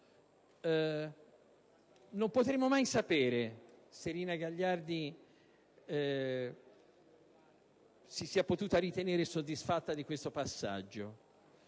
Non potremo mai sapere se Rina Gagliardi si sia potuta ritenere soddisfatta di questo passaggio.